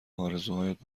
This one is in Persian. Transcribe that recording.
آرزوهایت